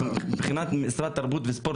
מבקש שמבחינת משרד התרבות והספורט